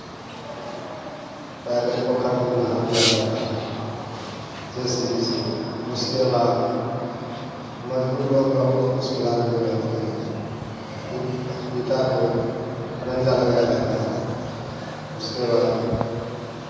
पहले पोखर को नहा किया जाता है जे सी बी से उसके बाद मज़दूर लोग बहुत उसमें लागे हुए रहते हैं खर ईंटा को खरंजा लगाया जाता है उसके बाद